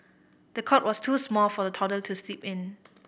the cot was too small for the toddler to sleep in